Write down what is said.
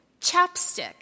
chapstick